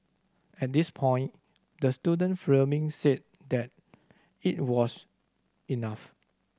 at this point the student filming said that it was enough